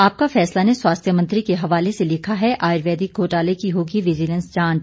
आपका फैसला ने स्वास्थ्य मंत्री के हवाले से लिखा है आयुर्वेदिक घोटाले की होगी विजीलेंस जांच